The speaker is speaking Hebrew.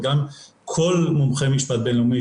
לא,